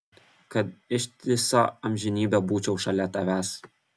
kad ištisą amžinybę busčiau šalia tavęs